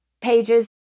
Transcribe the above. pages